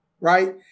Right